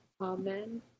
Amen